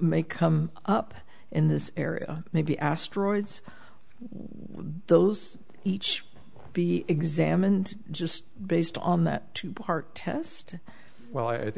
may come up in this area maybe asteroids those each be examined just based on that two part test well i think